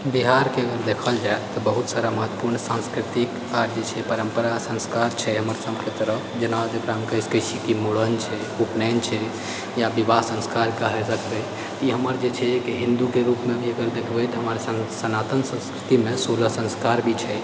बिहारके देखल जाए तऽ बहुर सारा महत्वपूर्ण सांस्कृतिक राज्य छै परम्परा संस्कार छै हमर सबके तरफ जेना कि हम कहि सकैत छी कि मुड़न छै उपनैन छै या विवाह संस्कार कहल जेतै ई हमर जे थिक हिन्दूके रूपमे जे एकर देखबै हमर सनातन संस्कृतिमे सोलह संस्कार भी छै